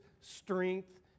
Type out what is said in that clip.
strength